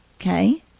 Okay